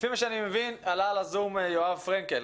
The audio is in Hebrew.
לפי מה שאני מבין עלה לזום יואב פרנקל,